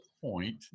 point